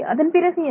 அதன்பிறகு என்ன